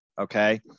okay